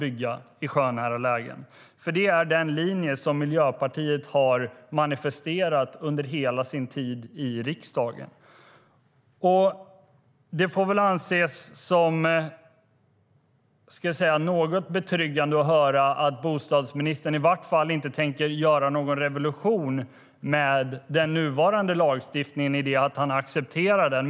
Det är den linje som Miljöpartiet har manifesterat under hela sin tid i riksdagen. Det får väl anses som något betryggande att höra att bostadsministern i varje fall inte tänker göra någon revolution med den nuvarande lagstiftningen i det att han accepterar den.